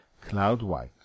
cloud-white